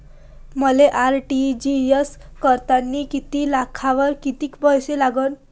मले आर.टी.जी.एस करतांनी एक लाखावर कितीक पैसे लागन?